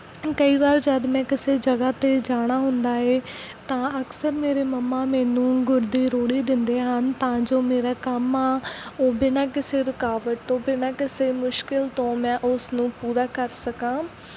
ਕਈ ਵਾਰ ਜਦ ਮੈਂ ਕਿਸੇ ਜਗ੍ਹਾ 'ਤੇ ਜਾਣਾ ਹੁੰਦਾ ਏ ਤਾਂ ਅਕਸਰ ਮੇਰੇ ਮੰਮਾ ਮੈਨੂੰ ਗੁੜ ਦੀ ਰੋੜੀ ਦਿੰਦੇ ਹਨ ਤਾਂ ਜੋ ਮੇਰਾ ਕੰਮ ਆ ਉਹ ਬਿਨਾਂ ਕਿਸੇ ਰੁਕਾਵਟ ਤੋਂ ਬਿਨਾਂ ਕਿਸੇ ਮੁਸ਼ਕਿਲ ਤੋਂ ਮੈਂ ਓਸ ਨੂੰ ਪੂਰਾ ਕਰ ਸਕਾਂ